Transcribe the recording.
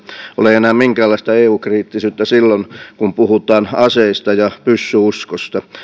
ole enää minkäänlaista eu kriittisyyttä silloin kun puhutaan aseista ja pyssyuskosta